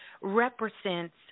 represents